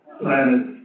planet